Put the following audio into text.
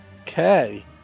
Okay